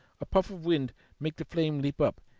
a puff of wind made the flame leap up,